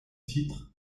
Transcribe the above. titre